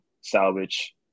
salvage